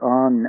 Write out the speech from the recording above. on